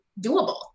doable